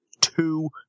Two